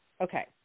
okay